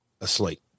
asleep